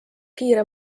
kiire